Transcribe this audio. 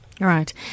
Right